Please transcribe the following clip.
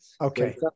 Okay